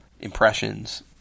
impressions